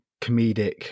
comedic